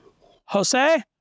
Jose